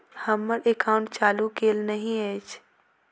हम्मर एकाउंट चालू केल नहि अछि?